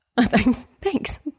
Thanks